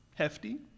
hefty